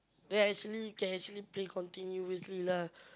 then actually can actually play continuously lah